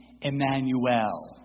Emmanuel